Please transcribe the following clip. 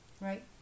Right